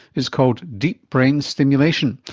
it's called deep brain stimulation.